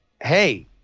hey